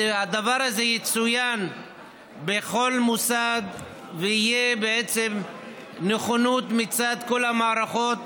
והדבר הזה יצוין בכל מוסד ותהיה בעצם נכונות מצד כל המערכות